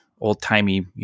old-timey